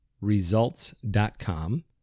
results.com